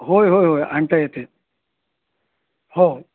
होय होय होय आणता येते हो